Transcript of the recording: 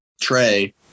Trey